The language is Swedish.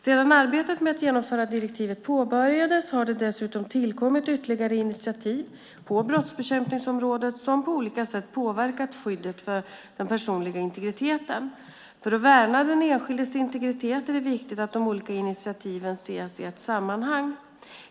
Sedan arbetet med att genomföra direktivet påbörjades har det dessutom tillkommit ytterligare initiativ på brottsbekämpningsområdet som på olika sätt påverkar skyddet för den personliga integriteten. För att värna den enskildes integritet är det viktigt att de olika initiativen ses i ett sammanhang.